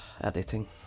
editing